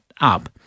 up